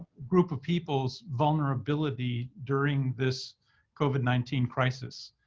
group of people's vulnerability during this covid nineteen crisis.